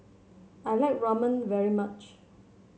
I like Ramen very much